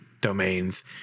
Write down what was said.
domains